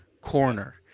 Corner